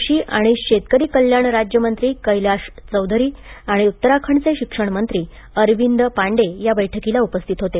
कृषी आणि शेतकरी कल्याण राज्यमंत्री कैलाश चौधरी आणि उत्तराखंडचे शिक्षणमंत्री अरविंद पांडे या बैठकीला उपस्थित होते